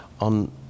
on